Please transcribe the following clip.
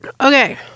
Okay